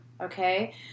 okay